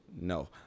No